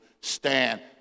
Stand